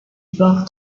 bord